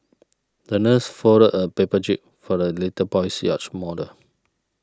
the nurse folded a paper jib for the little boy's yacht model